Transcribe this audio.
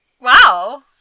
Wow